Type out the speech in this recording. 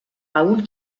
raoul